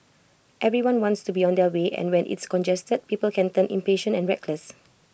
everyone wants to be on their way and when it's congested people can turn impatient and reckless